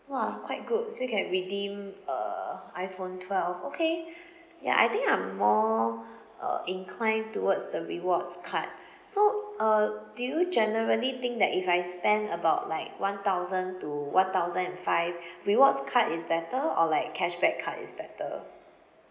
!wah! quite good still can redeem uh iPhone twelve okay ya I think I'm more uh inclined towards the rewards card so uh do you generally think that if I spend about like one thousand to one thousand and five rewards card is better or like cashback card is better